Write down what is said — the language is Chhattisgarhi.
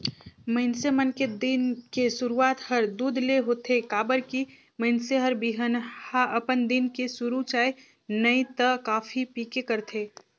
मइनसे मन के दिन के सुरूआत हर दूद ले होथे काबर की मइनसे हर बिहनहा अपन दिन के सुरू चाय नइ त कॉफी पीके करथे